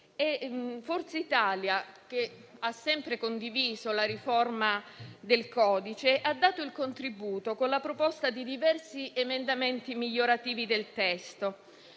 Forza Italia, che ha sempre condiviso la riforma del codice, ha dato il suo contributo con la proposta di diversi emendamenti migliorativi del testo,